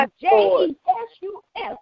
J-E-S-U-S